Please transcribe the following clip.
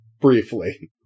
briefly